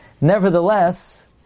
Nevertheless